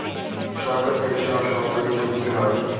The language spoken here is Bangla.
সরকার থেকে সব শর্ত দিয়ে চুক্তি হয়